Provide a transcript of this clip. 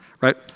right